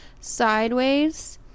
Sideways